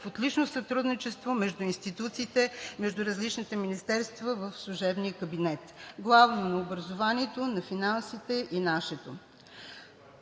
отлично сътрудничество между институциите, между различните министерства в служебния кабинет – главно на образованието, на финансите и нашето.